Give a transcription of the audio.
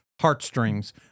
heartstrings